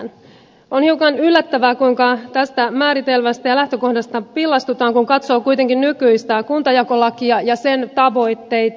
on hiukan yllättävää kuinka tästä määritelmästä ja lähtökohdasta pillastutaan kun katsoo kuitenkin nykyistä kuntajakolakia ja sen tavoitteita